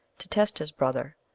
to test his brother,